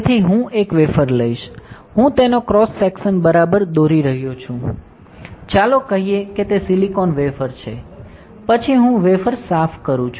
તેથી હું એક વેફર લઈશ હું તેનો ક્રોસ સેક્શન બરાબર દોરી રહ્યો છું ચાલો કહીએ કે તે સિલિકોન વેફર છે પછી હું વેફર સાફ કરું છું